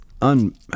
un